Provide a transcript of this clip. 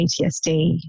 PTSD